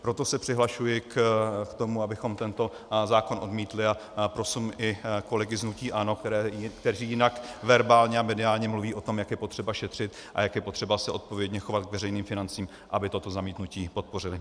Proto se přihlašuji k tomu, abychom tento zákon odmítli, a prosím i kolegy z hnutí ANO, kteří jinak verbálně a mediálně mluví o tom, jak je potřeba šetřit a jak je potřeba se odpovědně chovat k veřejným financím, aby toto zamítnutí podpořili.